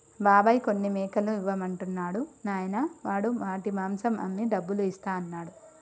బాబాయ్ కొన్ని మేకలు ఇవ్వమంటున్నాడు నాయనా వాడు వాటి మాంసం అమ్మి డబ్బులు ఇస్తా అన్నాడు